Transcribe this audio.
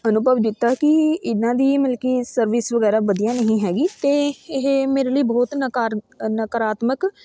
ਅਨੁਭਵ ਦਿੱਤਾ ਕਿ ਇਹਨਾਂ ਦੀ ਮਤਲਬ ਕਿ ਸਰਵਿਸ ਵਗੈਰਾ ਵਧੀਆ ਨਹੀਂ ਹੈਗੀ ਅਤੇ ਇਹ ਮੇਰੇ ਲਈ ਬਹੁਤ ਨਕਾਰ ਨਕਾਰਾਤਮਕ